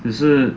只是